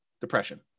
depression